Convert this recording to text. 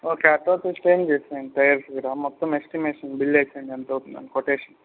okay ఆ change చేసేయండి tyres కూడా మొత్తం ఎస్టిమేషన్ బిల్ వేసేయ్యండి ఎంత అవుతుందో అని కొటేషన్